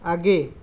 आगे